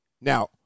Now